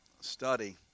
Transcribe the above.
study